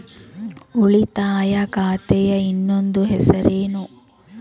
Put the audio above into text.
ಉಳಿತಾಯ ಖಾತೆಯ ಇನ್ನೊಂದು ಹೆಸರೇನು?